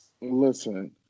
Listen